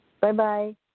Bye-bye